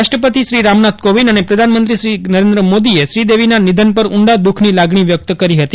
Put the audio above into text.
રાષ્ટ્રપતિ રામનાથ કોવિંદ અને પ્રધાનમંત્રી શ્રી નરેન્દ્ર મોદીએ શ્રીદેવીના નિધન પર ઉંડા દુઃખ ની લાગણી વયક્ત કરી હતી